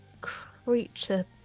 creature